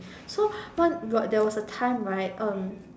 so one got there was a time right um